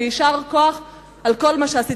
ויישר כוח על כל מה שעשית.